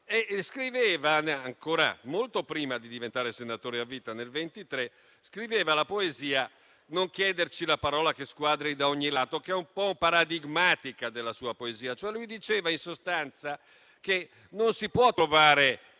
scriveva, molto prima di diventare senatore a vita, nel 1923, la poesia «Non chiederci la parola che squadri da ogni lato», che è un po' paradigmatica della sua poesia. Egli diceva, in sostanza, che non si può trovare